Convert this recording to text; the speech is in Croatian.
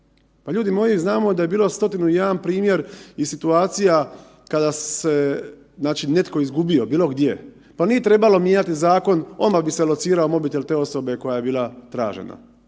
Pa ljudi moji, znamo da je bilo stotinu i jedan primjer i situacija kada se netko izgubio, bilo gdje, pa nije trebalo mijenjati zakon, odmah bi se locirao mobitel te osobe koja je bila tražena.